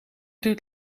duurt